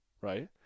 right